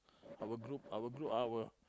our group our group our